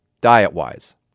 diet-wise